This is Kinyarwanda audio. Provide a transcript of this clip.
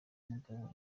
mugabo